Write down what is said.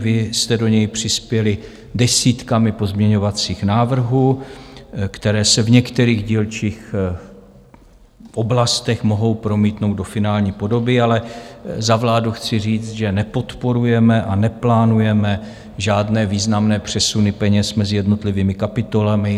Vy jste do něj přispěli desítkami pozměňovacích návrhů, které se v některých dílčích oblastech mohou promítnout do finální podoby, ale za vládu chci říct, že nepodporujeme a neplánujeme žádné významné přesuny peněz mezi jednotlivými kapitolami.